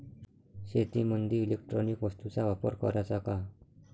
शेतीमंदी इलेक्ट्रॉनिक वस्तूचा वापर कराचा का?